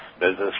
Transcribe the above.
business